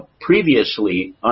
previously